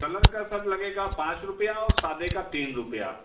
colour का sir लगेगा पाँच रुपये सादे का तीन रुपये